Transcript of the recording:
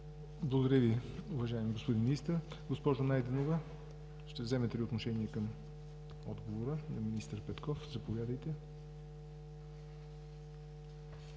Благодаря Ви, уважаеми господин Министър. Госпожо Ангелова, ще вземете ли отношение към отговора на министър Петков? Заповядайте.